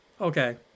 Okay